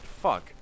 fuck